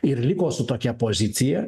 ir liko su tokia pozicija